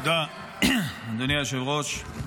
תודה, אדוני היושב-ראש.